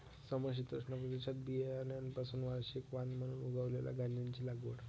समशीतोष्ण प्रदेशात बियाण्यांपासून वार्षिक वाण म्हणून उगवलेल्या गांजाची लागवड